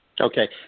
Okay